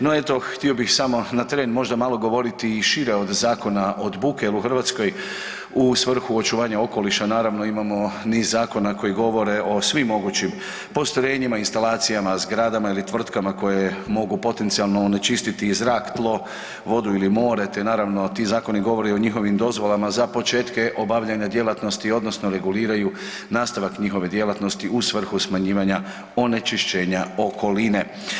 No eto, htio bih samo malo na tren možda malo govoriti i šire od zakona od buke jer u svrhu očuvanja okoliša naravno imamo niz zakona koji govore o svim mogućim postrojenjima, instalacijama zgradama ili tvrtkama koje mogu potencijalno onečistiti i zrak, tlo, vodu ili more te naravno ti zakoni govore o njihovim dozvolama za početke obavljanja djelatnosti odnosno reguliraju nastavak njihove djelatnosti u svrhu smanjivanja onečišćenja okoline.